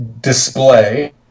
display